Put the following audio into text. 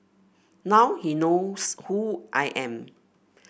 now he knows who I am